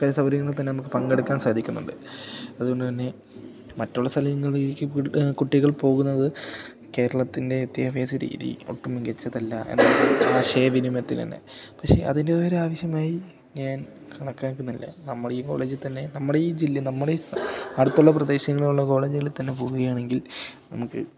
പല സൗകര്യങ്ങളിൽ തന്നെ നമുക്ക് പങ്കെടുക്കാൻ സാധിക്കുന്നുണ്ട് അതുകൊണ്ട് തന്നെ മറ്റുള്ള സ്ഥലങ്ങളിലേക്ക് കുട്ടികൾ പോകുന്നത് കേരളത്തിൻ്റെ വിദ്യാഭ്യാസ രീതി ഒട്ടും മികച്ചതല്ല എന്ന ആശയ വിനിമയത്തില് തന്നെ പക്ഷേ അതിൻ്റെ ഒരാവശ്യമായി ഞാൻ കണക്കാക്കുന്നില്ല നമ്മളീ കോളേജില് തന്നെ നമ്മുടെ ഈ ജില്ല നമ്മുടെ അടുത്തുള്ള പ്രദേശങ്ങളിലുള്ള കോളേജുകളിൽ തന്നെ പോവുകയാണെങ്കിൽ നമുക്ക്